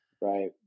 right